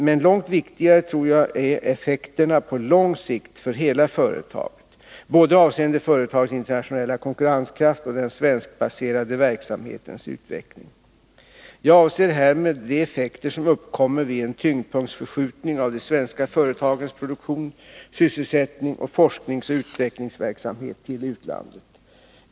Men långt viktigare tror jag är effekterna på lång sikt för hela företaget, avseende både företagets internationella konkurrenskraft och den svenskbaserade verksamhetens utveckling. Jag avser härmed de effekter som uppkommer vid en tyngdpunktsförskjutning av de svenska företagens produktion, sysselsättning och forskningsoch utvecklingsverksamhet till utlandet.